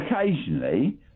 occasionally